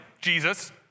Jesus